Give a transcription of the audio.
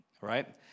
right